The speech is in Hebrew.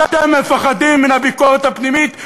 אתם מפחדים מן הביקורת הפנימית.